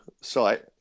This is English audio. site